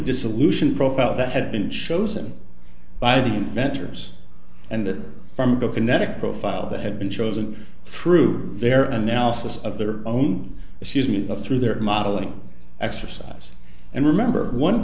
dissolution profile that had been chosen by the inventors and from the kinetic profile that had been chosen through their analysis of their own through their modeling exercise and remember one